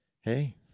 hey